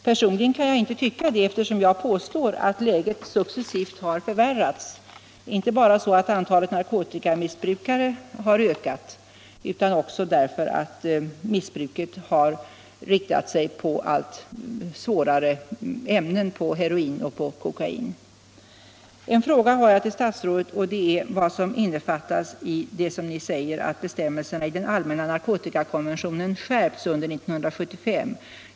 Personligen kan jag inte tycka det, eftersom jag påstår att läget successivt har förvärrats, inte bara så att antalet narkotikamissbrukare har ökat utan också därför att missbruket riktat sig på allt svårare ämnen, på heroin och kokain. Jag vill ställa en fråga till statsrådet: Vad innefattas i det ni säger om att bestämmelserna i den allmänna narkotikakonventionen skärpts under 1975?